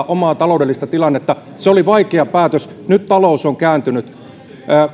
omaa taloudellista tilannettaan se oli vaikea päätös nyt talous on kääntynyt